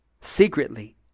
secretly